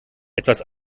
etwas